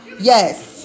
Yes